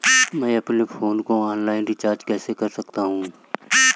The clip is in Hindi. मैं अपने फोन को ऑनलाइन रीचार्ज कैसे कर सकता हूं?